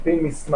ו-4 על פי מסמך